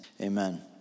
amen